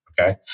okay